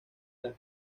las